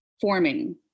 forming